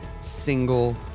single